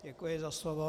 Děkuji za slovo.